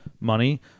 money